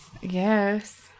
Yes